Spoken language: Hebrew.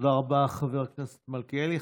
תודה רבה, חברי מלכיאלי.